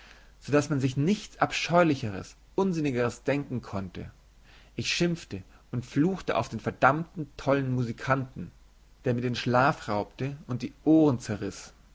so daß man sich nichts abscheulicheres unsinnigeres denken konnte ich schimpfte und fluchte auf den verdammten tollen musikanten der mir den schlaf raubte und die ohren zerriß